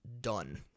done